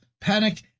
panic